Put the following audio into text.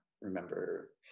remember